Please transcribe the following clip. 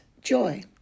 joy